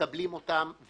מקבלים אותם.